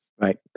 Right